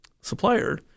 supplier